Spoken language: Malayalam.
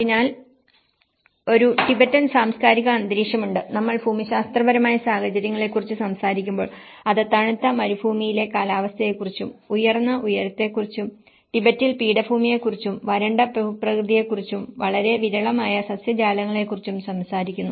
അതിനാൽ ഒരു ടിബറ്റൻ സാംസ്കാരിക അന്തരീക്ഷമുണ്ട് നമ്മൾ ഭൂമിശാസ്ത്രപരമായ സാഹചര്യങ്ങളെക്കുറിച്ച് സംസാരിക്കുമ്പോൾ അത് തണുത്ത മരുഭൂമിയിലെ കാലാവസ്ഥയെക്കുറിച്ചും ഉയർന്ന ഉയരത്തെക്കുറിച്ചും ടിബറ്റൻ പീഠഭൂമിയെക്കുറിച്ചും വരണ്ട ഭൂപ്രകൃതിയെക്കുറിച്ചും വളരെ വിരളമായ സസ്യജാലങ്ങളെക്കുറിച്ചും സംസാരിക്കുന്നു